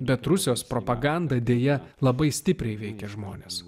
bet rusijos propaganda deja labai stipriai veikia žmones